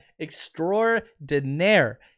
extraordinaire